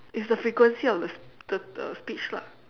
it's the frequency of the the the speech lah